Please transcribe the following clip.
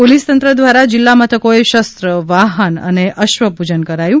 પોલીસતંત્ર દ્વારા જિલ્લા મથકોએ શસ્ત્ર વાહન અને અશ્વપૂજન કરાયું